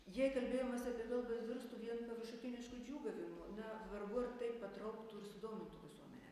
jei kalbėjimas apie kalbą virstų vien paviršutinišku džiūgavimu na vargu ar tai patrauktų ir sudomintų visuomenę